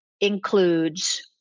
includes